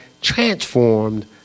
transformed